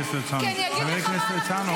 כהניזם, גזענות